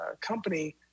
company